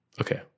Okay